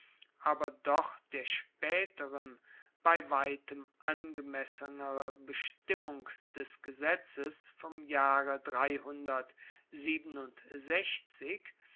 aber doch der spaeteren bei weitem angemessenere bestimmung des gesetzes vom jahre